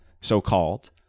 so-called